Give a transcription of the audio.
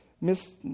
miss